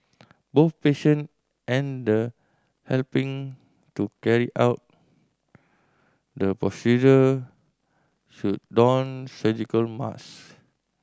both patient and the helping to carry out the procedure should don surgical mask